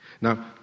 Now